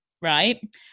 right